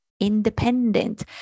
independent